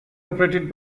operated